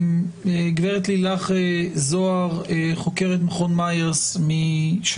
גב' לילך זהר, חוקרת מכון מאיירס של